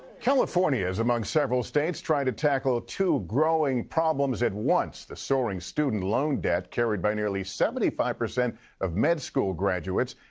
california is among several states trying to tackle two growing problems at once, the soaring student loan debt carried by nearly seventy five percent of med school graduates,